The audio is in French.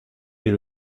est